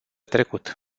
trecut